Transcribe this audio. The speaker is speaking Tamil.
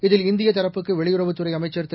இதில் இந்தியத் தரப்புக்கு வெளியுறவுத்துறை அமைச்சர் திரு